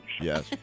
Yes